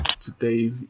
today